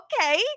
okay